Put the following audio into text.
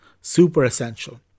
super-essential